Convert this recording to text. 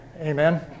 Amen